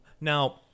Now